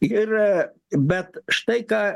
ir bet štai ką